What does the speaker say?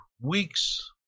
weeks